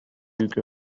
lüge